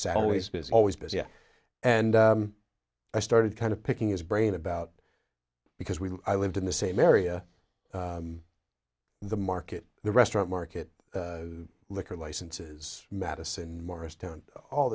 sally's biz always busy and i started kind of picking his brain about because we lived in the same area the market the restaurant market liquor licenses madison morris town all